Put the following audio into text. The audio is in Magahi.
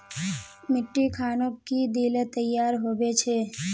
मिट्टी खानोक की दिले तैयार होबे छै?